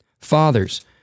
Fathers